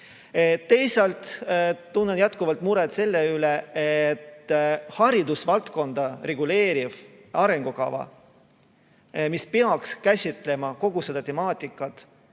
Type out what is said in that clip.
Teisalt tunnen jätkuvalt muret selle üle, et haridusvaldkonda reguleeriv arengukava, mis peaks käsitlema kogu seda temaatikat,